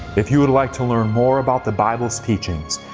if you would like to learn more about the bible's teachings,